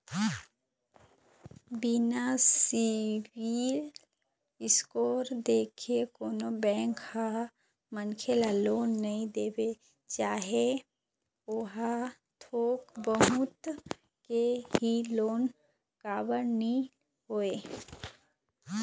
बिना CIBIL score देखे कोनो बेंक ह मनखे ल लोन नइ देवय चाहे ओहा थोक बहुत के ही लोन काबर नीं होवय